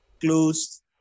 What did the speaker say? close